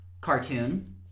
Cartoon